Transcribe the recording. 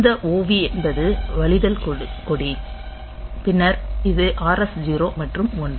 இந்த OV என்பது வழிதல் கொடி பின்னர் இது RS 0 மற்றும் 1